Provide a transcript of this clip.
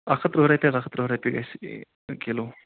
اکھ ہتھ ترٕٛہ رۄپیہِ حظ اکھ ہتھ ترٕٛہ رۄپیہِ گَژھِ کلوٗ